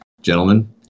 gentlemen